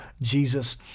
Jesus